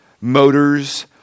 motors